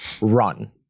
run